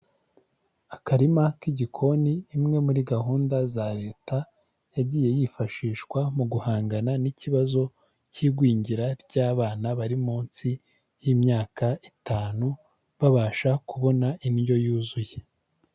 Akarima k'igikoni, imwe muri gahunda za leta yagiye yifashishwa mu guhangana n'ikibazo cy'igwingira ry'abana bari munsi y'imyaka itanu, babasha kubona indyo yuzuye.